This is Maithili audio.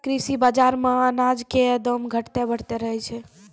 कृषि बाजार मॅ अनाज के दाम घटतॅ बढ़तॅ रहै छै